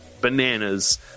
bananas